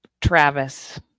Travis